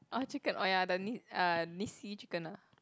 orh chicken oh ya the ni~ uh Nissin chicken ah